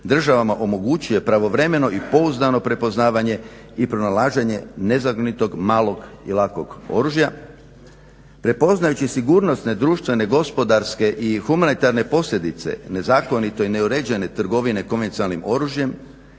državama omogućuje pravovremeno i pouzdano prepoznavanje i pronalaženje nezakonitog malog i lakog oružja. Prepoznajući sigurnosne društvene, gospodarske i humanitarne posljedice nezakonito i neuređene trgovine konvencionalnim oružjem